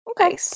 Okay